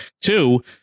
Two